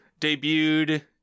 debuted